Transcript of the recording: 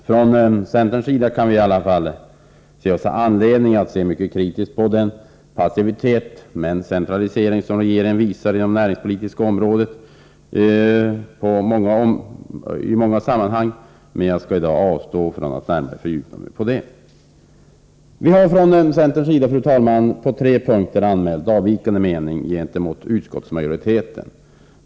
Från centerns sida ser vi mycket kritiskt på den passivitet som regeringen visar och den centralisering som sker på det näringspolitiska området i många sammanhang, men jag skall i dag avstå från att närmare fördjupa mig i detta. Centern har på tre punkter anmält avvikande mening gentemot utskottsmajoriteten.